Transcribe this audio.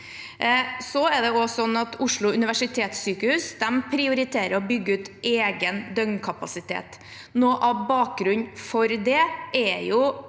Oslo universitetssykehus prioriterer å bygge ut egen døgnkapasitet. Noe av bakgrunnen for det er at